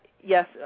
Yes